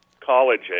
college